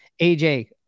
AJ